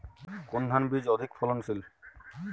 কোন ধান বীজ অধিক ফলনশীল?